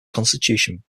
constitution